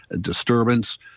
disturbance